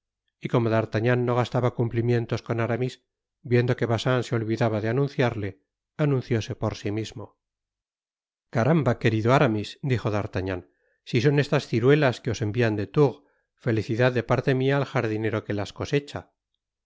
y como d'artagnan no gastaba cumplimientos con aramis viendo que bacin se olvidaba de anunciarle anuncióse por si mismo caramba querido aramis dijo d'artagnan si son estas las ciruelas que os envian de tours felicitad de parte mia al jardinero que las coseche